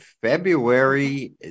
February